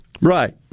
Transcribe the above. Right